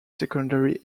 secondary